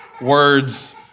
words